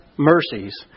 Mercies